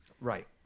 Right